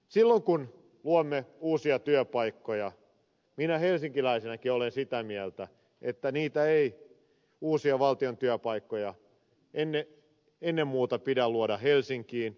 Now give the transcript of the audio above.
silloin kun luomme uusia työpaikkoja minä helsinkiläisenäkin olen sitä mieltä että niitä uusia valtion työpaikkoja ei ennen muuta pidä luoda helsinkiin